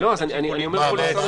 אבל ------ ואתם